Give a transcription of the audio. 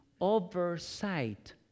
oversight